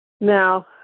now